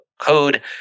code